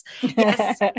yes